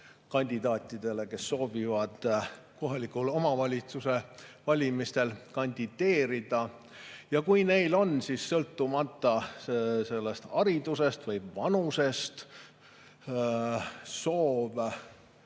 kandidaatidele, kes soovivad kohaliku omavalitsuse valimistel kandideerida. Ja kui neil on sõltumata oma haridusest või vanusest soov